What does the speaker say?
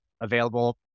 available